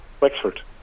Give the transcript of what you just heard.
Wexford